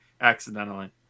accidentally